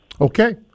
Okay